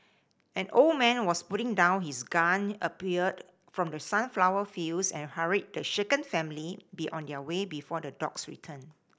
an old man was putting down his gun appeared from the sunflower fields and hurried the shaken family to be on their way before the dogs return